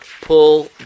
Pull